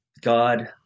God